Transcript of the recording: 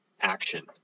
action